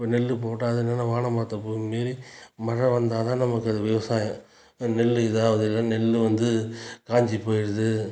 இப்போ நெல் போட்டால் அது என்னனா வானம் பார்த்த பூமி மாரி மழை வந்தால்தான் அது நம்ம விவசாயம் நெல் இதாகுது இல்லைனா நெல் வந்து காஞ்சி போயிடுது